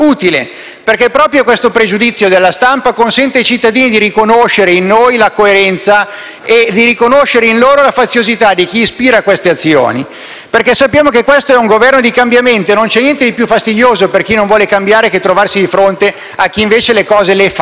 perché proprio questo pregiudizio della stampa consente ai cittadini di riconoscere in noi la coerenza e di riconoscere in loro la faziosità di chi ispira queste azioni. Sappiamo infatti che questo è un Governo di cambiamento e non c'è niente di più fastidioso, per chi non vuole cambiare, che trovarsi di fronte a chi invece le cose le fa.